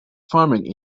farming